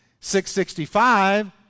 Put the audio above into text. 665